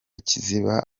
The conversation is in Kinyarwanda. kiziba